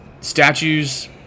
statues